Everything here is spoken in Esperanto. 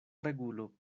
regulo